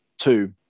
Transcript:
two